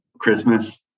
Christmas